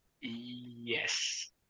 yes